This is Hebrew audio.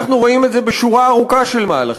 אנחנו רואים את זה בשורה ארוכה של מהלכים.